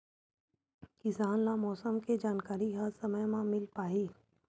किसान ल मौसम के जानकारी ह समय म मिल पाही?